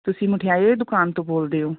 ਤੁਸੀਂ ਮਠਿਆਈ ਵਾਲੀ ਦੁਕਾਨ ਤੋਂ ਬੋਲਦੇ ਹੋ